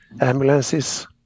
ambulances